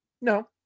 No